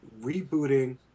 rebooting